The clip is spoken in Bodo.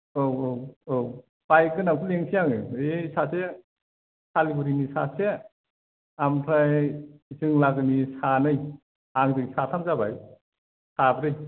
औ औ औ बाइक गोनांखौ लिंसै आङो ऐ सासे आलिगुरिनि सासे ओमफ्राय जों लागोनि सानै आंजो साथाम जाबाय साब्रै